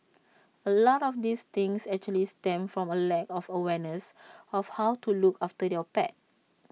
A lot of these things actually stem from A lack of awareness of how to look after your pet